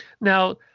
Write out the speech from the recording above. now